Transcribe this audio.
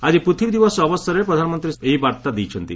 ଆଜି ପୃଥିବୀ ଦିବସ ଅବସରରେ ପ୍ରଧାନମନ୍ତ୍ରୀ ଏହି ବାର୍ତ୍ତା ଦେଇଛନ୍ତି